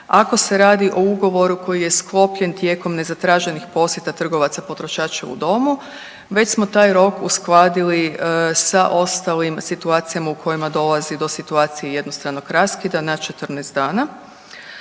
ako se radi o ugovoru koji je sklopljen tijekom nezatraženih posjeta trgovaca potrošača u domu već smo taj rok uskladili sa ostalim situacijama u kojima dolazi do situacije jednostranog raskida na 14 dana.